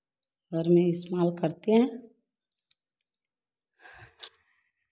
घर में इस्तेमाल करते हैं